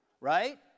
right